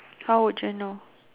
how would you know